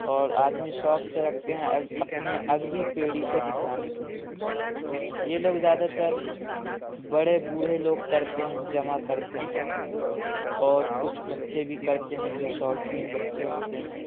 اور آدمی شوق سے رکھتے ہیں اپنے اگلی پیڑھی کو دکھلانے کے لیے یہ لوگ زیادہ تر بڑے بوڑھے لوگ کرتے ہیں جمع کرتے ہیں اور کچھ بچے بھی کرتے ہیں جو شوقین بچے ہوتے ہیں